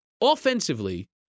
Offensively